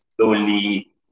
slowly